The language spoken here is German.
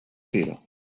fehler